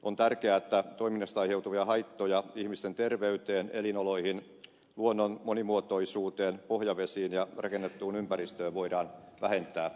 on tärkeää että toiminnasta aiheutuvia haittoja ihmisten terveydelle elinoloille luonnon monimuotoisuudelle pohjavesille ja rakennetulle ympäristölle voidaan vähentää